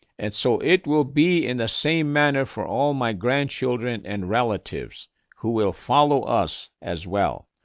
and so it will be in the same manner for all my grandchildren and relatives who will follow us as well.